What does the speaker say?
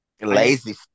Lazy